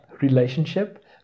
relationship